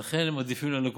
ולכן הם עדיפים ללקוחות.